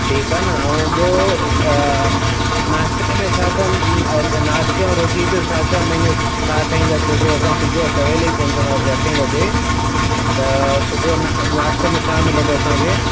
ठीकु आहे न ऐं ॿियो नाश्ते में छा नाश्ते ऐं रोटीअ जो छा छा मैन्यू छा ठाहींदा छो जो असां सुबुह सवेल ई पहुंदासि अठें बजे त सुबुहु नाश्ते में छा मिलंदो असांखे